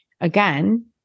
again